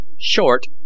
Short